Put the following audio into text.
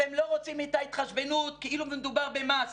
אתם לא רוצים את ההתחשבנות כאילו ומדובר במס?